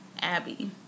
Abby